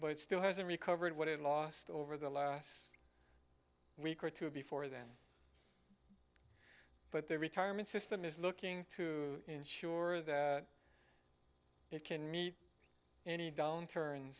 it still hasn't recovered what it lost over the last week or two before then but the retirement system is looking to ensure that it can meet any downturn